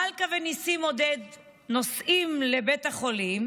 מלכה וניסים עודד נוסעים לבית החולים,